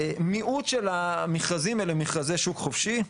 מיעוט של המכרזים הם אלה מכרזי שוק חופשי.